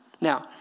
Now